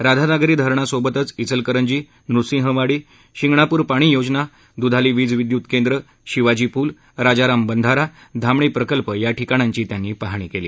राधानगरी धरणांसोबतच इचलकरंजी नुसिंहवाडी शिंगणापूर पाणीयोजना द्धाली वीज विदयूत केंद्र शिवाजी पूल राजाराम बंधारा धामणी प्रकल्प या ठिकाणांची त्यांनी पाहणी केली